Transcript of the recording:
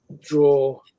draw